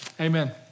amen